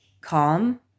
calm